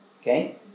okay